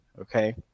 okay